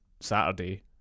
saturday